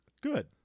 Good